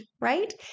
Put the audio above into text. right